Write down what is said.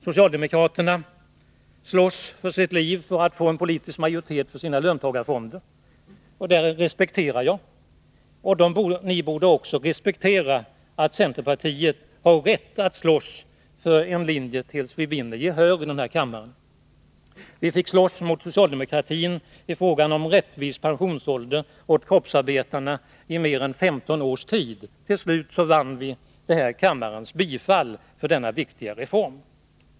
Socialdemokraterna slåss för sitt liv för att få en politisk majoritet för sina löntagarfonder — och det respekterar jag. Men ni borde också respektera att centerpartiet har rätt att slåss för en linje tills vi vinner gehör för den här i kammaren. Vi fick slåss mot socialdemokraterna i fråga om en rättvis pensionsålder åt kroppsarbetarna i mer än 15 års tid. Till slut vann vi kammarens bifall för den viktiga reformen.